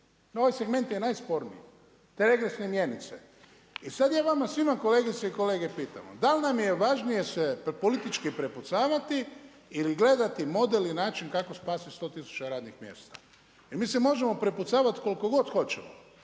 Ovaj segment je najsporniji. Te regresne mjenice i sad ja vama svima kolegice i kolege pitamo, dal nam je važnije se politički prepucavati ili gledati model i način kako spasiti 100000 radnih mjesta? I mi se možemo prepucavati koliko god hoćemo,